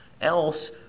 Else